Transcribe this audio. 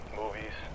movies